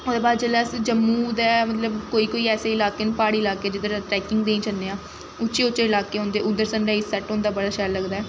ओह्दे बाद जेल्लै अस जम्मू दे मतलब कोई कोई ऐसे इलाके न प्हाड़ी इलाके जिद्धर ट्रैकिंग लेई जन्ने आं उच्चे उच्चे इलाके होंदे उद्धर सन राइज सैट्ट होंदा बड़ा शैल लगदा ऐ